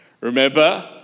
Remember